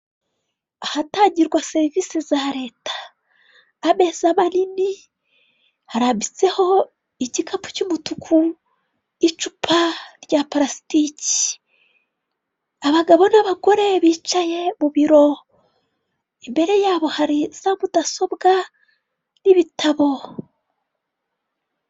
Ahatangirwa serivisi za Leta. Ameza manini, harambitseho igikapu cy'umutuku n'icupa rya parasitiki, abagabo n'abagore bicaye mu biro, imbere yabo hari za mudasobwa n'ibitabo.